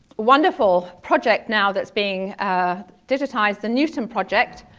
wonderful project now that's being digitized, the newton project.